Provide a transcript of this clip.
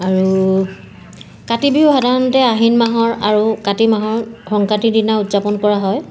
আৰু কাতি বিহু সাধাৰণতে আহিন মাহৰ আৰু কাতি মাহৰ সংক্ৰান্তিৰ দিনা উদযাপন কৰা হয়